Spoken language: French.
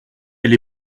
elle